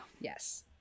yes